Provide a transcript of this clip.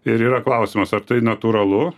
ir yra klausimas ar tai natūralu